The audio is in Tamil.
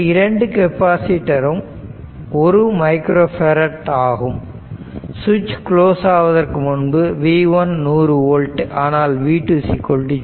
இந்த 2 கெப்பாசிட்டர் ரூம் 1 மைக்ரோ பேரட் ஆகும் சுவிட்ச் குளோஸ் ஆவதற்கு முன்பு v1 100 V ஆனால் v2 0